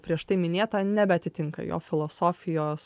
prieš tai minėta nebeatitinka jo filosofijos